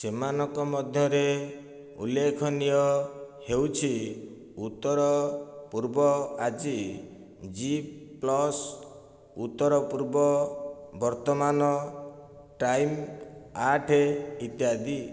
ସେମାନଙ୍କ ମଧ୍ୟରେ ଉଲ୍ଲେଖନୀୟ ହେଉଛି ଉତ୍ତରପୂର୍ବ ଆଜି ଜୀ ପ୍ଲସ୍ ଉତ୍ତର ପୂର୍ବ ବର୍ତ୍ତମାନ ଟାଇମ୍ ଆଠ ଇତ୍ୟାଦି